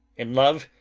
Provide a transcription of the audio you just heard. in love,